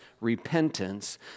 repentance